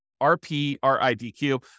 R-P-R-I-D-Q